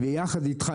ויחד איתך,